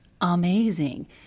amazing